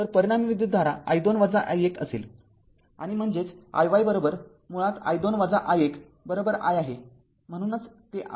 तर परिणामी विद्युतधारा i२ i१ असेल आणि म्हणजेच iy मुळात i२ i१ i आहे म्हणून ते i आहे